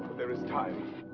there is time.